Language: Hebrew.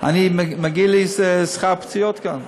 מגיע לי שכר פציעות כאן.